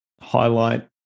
highlight